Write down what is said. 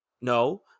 No